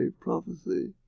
prophecy